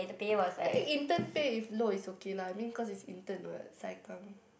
I think intern pay if low it's okay lah I mean cause it's intern [what] saikang